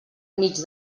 mig